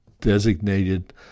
designated